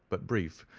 but brief,